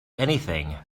anything